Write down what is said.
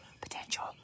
potential